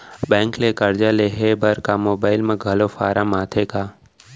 Bank ले करजा लेहे बर का मोबाइल म घलो फार्म आथे का?